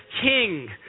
king